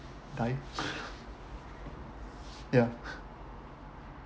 die ya